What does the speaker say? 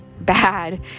bad